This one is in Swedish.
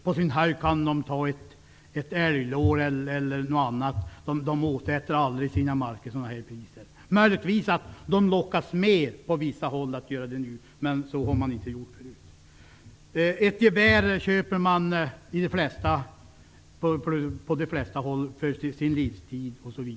På sin höjd kan markägarna ta emot ett älglår eller annat. De åsätter aldrig några höga priser. Möjligtvis lockas man nu på vissa håll med att göra det, men så har man inte gjort förut. Ett gevär köper man för det mesta för sin livstid.